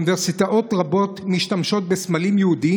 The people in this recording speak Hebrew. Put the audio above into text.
אוניברסיטאות רבות משתמשות בסמלים יהודיים